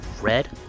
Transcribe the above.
red